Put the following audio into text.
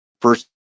first